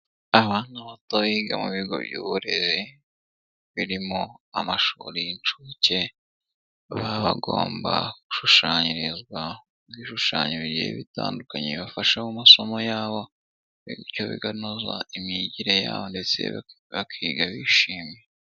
Abana bato biga mu bigo by'uburererezi birimo amashuri y'incuke, baba bagomba gushushanyirizwa mu ibishushanyo bitandukanye bifasha mu masomo yabo, ibyo bikanoza imyigire yabo, ndetse bakiga bishimye.